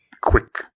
quick